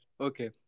Okay